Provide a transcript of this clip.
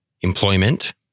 Employment